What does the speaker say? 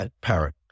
parrot